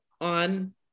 on